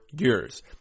years